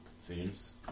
seems